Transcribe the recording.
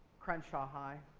crenshaw high.